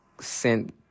sent